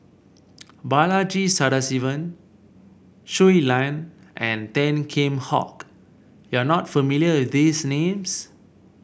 Balaji Sadasivan Shui Lan and Tan Kheam Hock you are not familiar with these names